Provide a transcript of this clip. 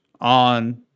on